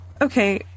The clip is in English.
Okay